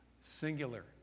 Singular